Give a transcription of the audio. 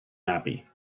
happy